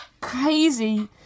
crazy